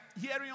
hearing